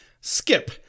Skip